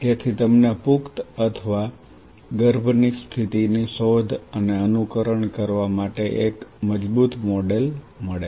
જેથી તમને પુખ્ત અથવા ગર્ભની સ્થિતિની શોધ અને અનુકરણ કરવા માટે એક મજબૂત મોડેલ મળે